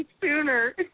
sooner